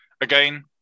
Again